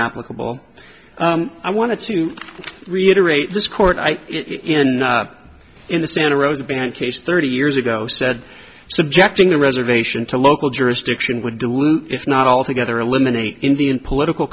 applicable i want to reiterate this court in in the santa rosa ban case thirty years ago said subjecting the reservation to local jurisdiction would dilute if not altogether eliminate indian political